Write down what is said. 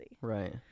Right